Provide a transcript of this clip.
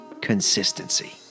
consistency